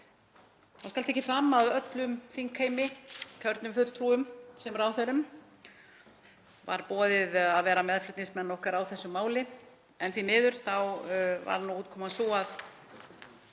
Það skal tekið fram að öllum þingheimi, kjörnum fulltrúum sem ráðherrum, var boðið að vera meðflutningsmenn okkar á þessu máli en því miður var útkoman sú að